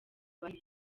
bane